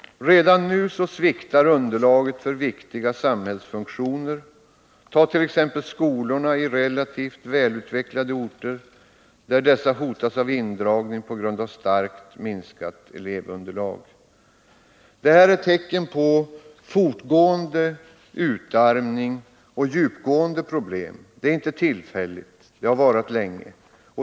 Redan nu sviktar underlaget för viktiga samhällsfunktioner. Ta t.ex. skolorna i relativt välutvecklade orter, där dessa hotas av indragning på grund av starkt minskat elevunderlag. Det här är tecken på en fortgående utarmning och på djupgående problem. Det är inte något tillfälligt, utan det har varat länge.